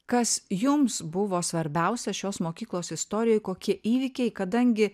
kas jums buvo svarbiausia šios mokyklos istorijoj kokie įvykiai kadangi